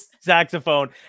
saxophone